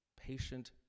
patient